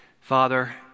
Father